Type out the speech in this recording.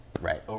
right